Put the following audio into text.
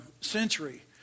century